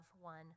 one